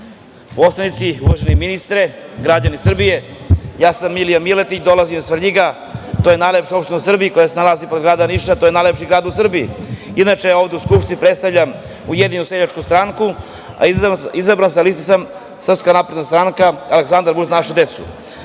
poslanici, uvaženi ministre, građani Srbije, ja sam Milija Miletić, dolazim iz Svrljiga. To je najlepša opština u Srbiji, koja se nalazi pored grada Niša. To je najlepši grad u Srbiji. Inače, ovde u Skupštini predstavljam Ujedinjenu seljačku stranku, a izabran sam sa liste SNS Aleksandar Vučić – za našu decu. Ja